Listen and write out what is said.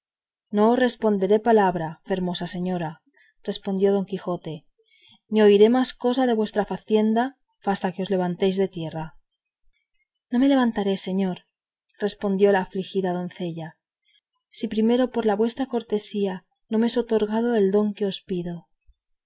os responderé palabra fermosa señora respondió don quijote ni oiré más cosa de vuestra facienda fasta que os levantéis de tierra no me levantaré señor respondió la afligida doncella si primero por la vuestra cortesía no me es otorgado el don que pido